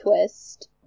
twist